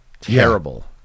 Terrible